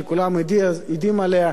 שכולם יודעים עליה,